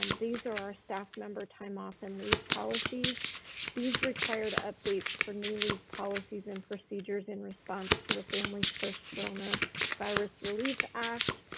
um these are our staff member, time off and leave policy's these required updates for new leave policies and procedures. in response to the families first corona virus relief act,